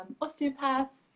osteopaths